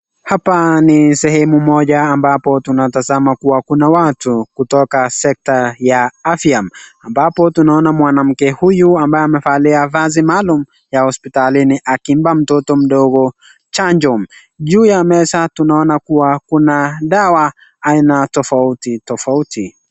Hapa ni sehemu moja ambapo tunatasama kuwa kuna watu kutoka sekta ya afya ambapo tunaona mwanamke huyu ambaye amevalia vazi maalum ya hospitalini akimba mtoto mdogo chanjo. Juu ya meza tunaona kuwa kuna dawa aina tofauti tofauti.